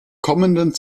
kommenden